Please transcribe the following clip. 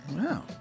Wow